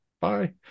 Bye